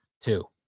Two